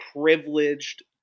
privileged